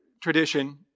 tradition